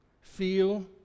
feel